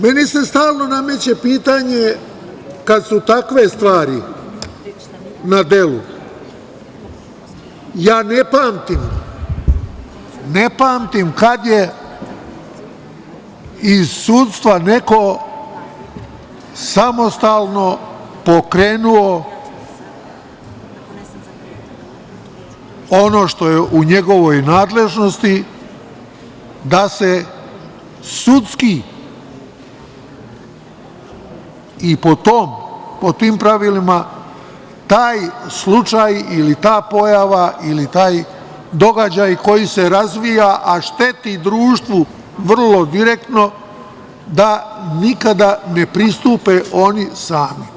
Meni se stalno nameće pitanje kada su takve stvari na delu, ja ne pamtim kada je iz sudstva neko samostalno pokrenuo ono što je u njegovoj nadležnosti, da se sudski i po tim pravilima taj slučaj ili ta pojava ili taj događaj koji se razvija, a šteti društvu vrlo direktno, da nikada ne pristupe oni sami.